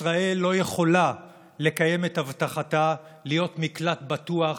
ישראל לא יכולה לקיים את הבטחתה להיות מקלט בטוח,